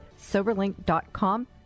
soberlink.com